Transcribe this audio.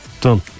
done